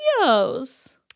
videos